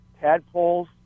tadpoles